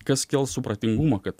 kas kels supratingumą kad